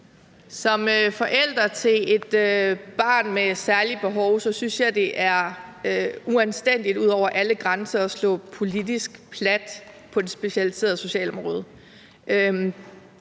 Som forælder til et barn med særlige behov synes jeg, det er uanstændigt ud over alle grænser at slå politisk plat på det specialiserede socialområde.